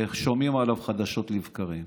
שומעים עליו חדשות לבקרים.